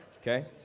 Okay